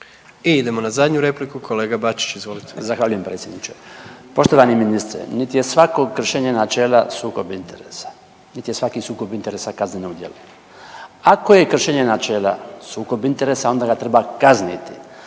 I idemo na zadnju repliku, kolega Bačić izvolite. **Bačić, Branko (HDZ)** Zahvaljujem predsjedniče. Poštovani ministre niti je svako kršenje načela sukob interesa, niti je svaki sukob interesa kazneno djelo. Ako je kršenje načela sukob interesa onda ga treba kazniti,